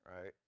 right